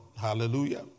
Hallelujah